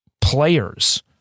players